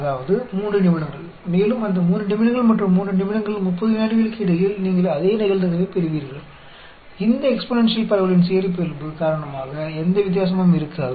அதாவது 3 நிமிடங்கள் மேலும் அந்த 3 நிமிடங்கள் மற்றும் 3 நிமிடங்கள் 30 விநாடிகளுக்கு இடையில் நீங்கள் அதே நிகழ்தகவைப் பெறுவீர்கள் இந்த எக்ஸ்பொனேன்ஷியல் பரவலின் சிறப்பியல்பு காரணமாக எந்த வித்தியாசமும் இருக்காது